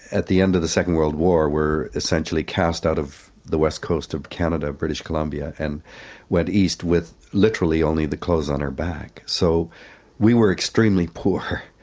at the end of the second world war, were essentially cast out of the west coast of canada, british columbia, and went east with literally only the clothes on our back. so we were extremely poor,